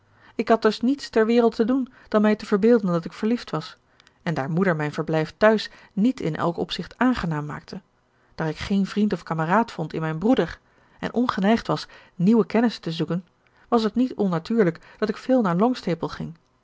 ik had dus niets ter wereld te doen dan mij te verbeelden dat ik verliefd was en daar moeder mijn verblijf tehuis niet in elk opzicht aangenaam maakte daar ik geen vriend of kameraad vond in mijn broeder en ongeneigd was nieuwe kennissen te zoeken was het niet onnatuurlijk dat ik veel naar longstaple ging